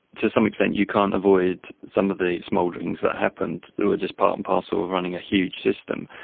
to some extent you can't avoid some of the smoulderings that happened, they were just part and parcel of running a huge system.